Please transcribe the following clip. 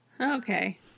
Okay